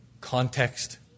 Context